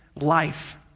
life